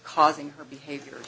causing her behavior